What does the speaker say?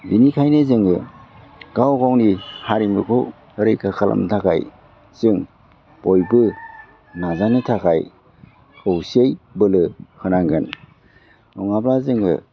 बेनिखायनो जोङो गाव गावनि हारिमुखौ रैखा खालामनो थाखाय जों बयबो नाजानो थाखाय खौसेयै बोलो होनांगोन नङाबा जोङो